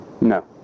No